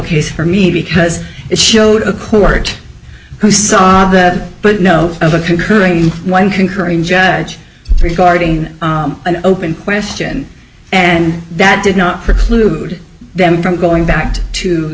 case for me because it showed a court who saw that but know of a concurring one concurring judge regarding an open question and that did not preclude them from going back to